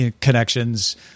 connections